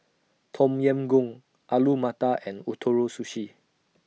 Tom Yam Goong Alu Matar and Ootoro Sushi